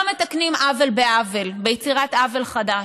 לא מתקנים עוול ביצירת עוול חדש.